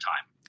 time